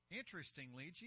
interestingly